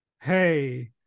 hey